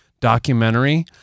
documentary